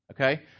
Okay